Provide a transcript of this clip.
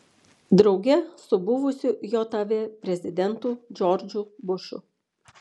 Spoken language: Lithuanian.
drauge su buvusiu jav prezidentu džordžu bušu